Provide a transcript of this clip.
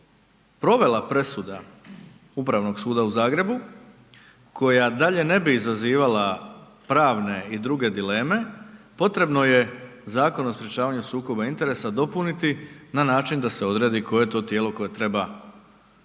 provela presuda Upravnog suda u Zagrebu koja dalje ne bi izazivala pravne i druge dileme, potrebno je Zakon o sprječavanju sukoba interesa dopuniti na način da se odredi koje to tijelo koje treba odlučiti